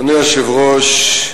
אדוני היושב-ראש,